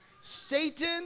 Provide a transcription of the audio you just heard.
Satan